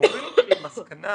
מוביל אותי למסקנה